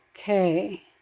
Okay